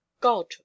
god